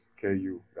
Ku